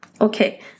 Okay